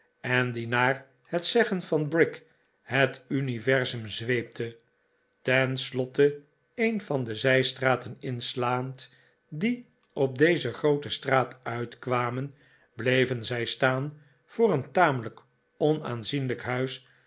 en die naar het zeggen van brick het universum zweepte tenslotte een van de zijstraten inslaand die op deze groote straat uitkwamen bleven zij staan voor een tamelijk onaanzienlijk huis